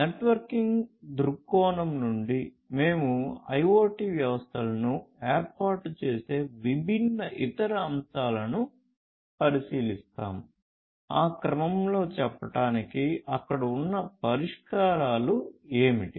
networking దృక్కోణం నుండి మేము IoT వ్యవస్థలను ఏర్పాటు చేసే విభిన్న ఇతర అంశాలను పరిశీలిస్తాము ఆ క్రమంలో చెప్పటానికి అక్కడ ఉన్న పరిష్కారాలు ఏమిటి